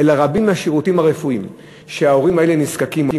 אלא רבים מהשירותים הרפואיים שההורים האלה נזקקים להם,